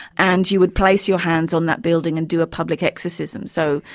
and you would place your hands on that building and do a public exorcism. so,